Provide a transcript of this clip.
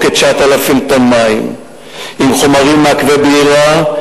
כ-9,000 טון מים עם חומרים מעכבי בעירה,